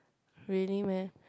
really meh